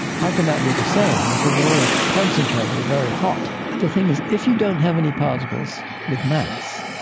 how can that be the same? it's very concentrated, very hot. but the thing is if you don't have any particles with mass,